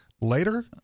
later